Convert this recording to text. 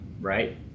right